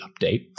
update